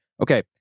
Okay